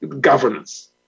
governance